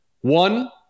one